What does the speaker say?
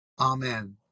Amen